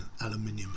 aluminium